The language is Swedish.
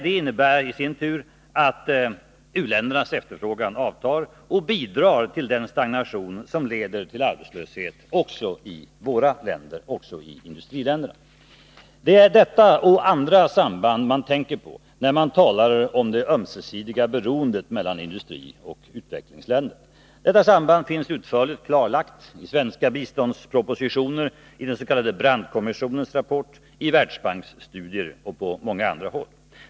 Det innebär i sin tur att u-ländernas efterfrågan avtar och bidrar till den stagnation som leder till arbetslöshet också i industriländerna. Det är detta och andra samband man tänker på när man talar om det ömsesidiga beroendet mellan industrioch utvecklingsländer. Detta samband finns utförligt klarlagt i svenska biståndspropositioner, i den s.k. Brandtkommissionens rapport, i Världsbanksstudier och på många andra håll.